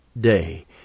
day